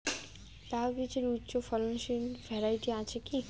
লাউ বীজের উচ্চ ফলনশীল ভ্যারাইটি আছে কী?